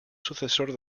sucesor